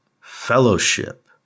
fellowship